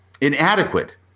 inadequate